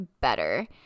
Better